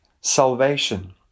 salvation